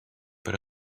per